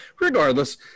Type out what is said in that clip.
regardless